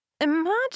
Imagine